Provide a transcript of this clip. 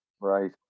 right